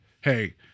hey